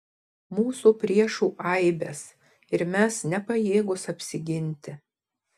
mūsų priešų aibės ir mes nepajėgūs apsiginti